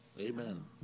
Amen